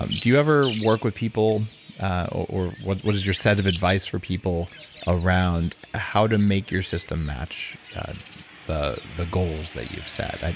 um do you ever work with people or what what is your set of advice for people around how to make your system match the the goals that you've said? like